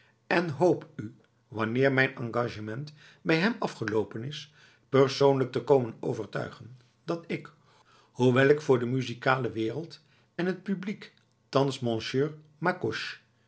en hoop u wanneer mijn engagement bij hem afgeloopen is persoonlijk te komen overtuigen dat ik hoewel ik voor de muzikale wereld en het publiek thans monsieur